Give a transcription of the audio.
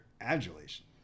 adulation